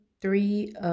three